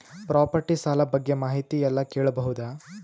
Property ಸಾಲ ಬಗ್ಗೆ ಮಾಹಿತಿ ಎಲ್ಲ ಕೇಳಬಹುದು?